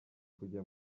kujya